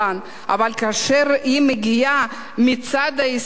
אבל כאשר היא מגיעה מצד ההסתדרות,